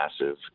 massive